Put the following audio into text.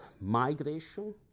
migration